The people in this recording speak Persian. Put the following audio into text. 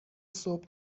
صبح